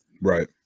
Right